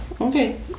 Okay